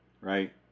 right